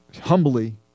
humbly